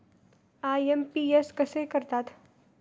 IMPS कसे करतात?